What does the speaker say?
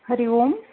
Hari Om